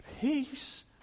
peace